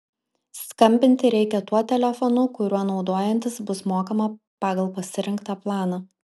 skambinti reikia tuo telefonu kuriuo naudojantis bus mokama pagal pasirinktą planą